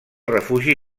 refugi